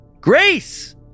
Grace